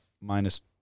minus